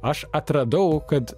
aš atradau kad